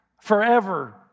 forever